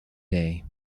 day